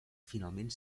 finalment